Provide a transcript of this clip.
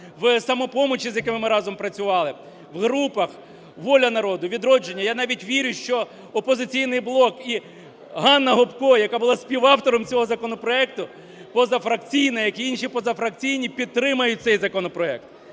в "Самопомочі", з якими ми разом працювали. В групах "Воля народу", "Відродження", я навіть вірю, що "Опозиційний блок" і Ганна Гопко, яка була співавтором цього законопроекту, позафракційна, як і інші позафракційні підтримають цей законопроект.